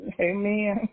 Amen